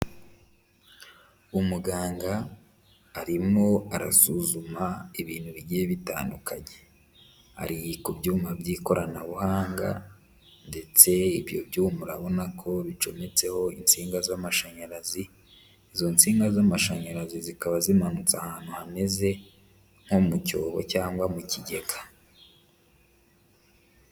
Umuganga arimo arasuzuma ibintu bigiye bitandukanye, ari ku byuma by'ikoranabuhanga ndetse ibyo byuma arabona ko bicometseho insinga z'amashanyarazi, izo nsinga z'amashanyarazi zikaba zimanutse ahantu hameze nko mu cyobo cyangwa mu kigega.